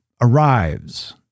arrives